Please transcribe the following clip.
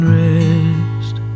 rest